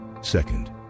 Second